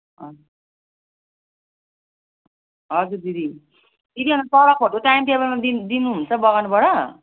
हजुर हजुर दिदी यति बेला तलबहरू टाइम टेबलमा दिन दिनु हुन्छ बगानबाट